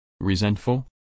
Resentful